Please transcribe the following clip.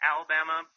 Alabama